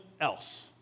else